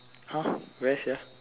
!huh! where sia